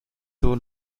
tuvo